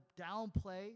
downplay